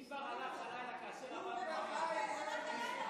אם כבר הלך הלילה, כאשר אבדנו, אבדנו.